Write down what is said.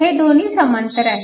हे दोन्ही समांतर आहेत